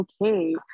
okay